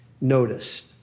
noticed